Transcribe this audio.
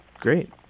Great